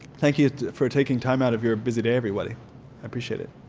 thank you for taking time out of your busy day everybody. i appreciate it.